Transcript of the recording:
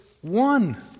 one